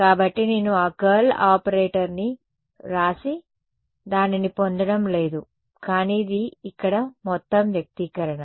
కాబట్టి నేను ఆ కర్ల్ ఆపరేటర్ని వ్రాసి దానిని పొందడం లేదు కానీ ఇది ఇక్కడ మొత్తం వ్యక్తీకరణ